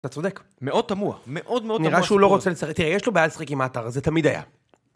אתה צודק. מאוד תמוה. מאוד מאוד תמוה. נראה שהוא לא רוצה לשחק, תראה יש לו בעיה לשחק עם האתר, זה תמיד היה.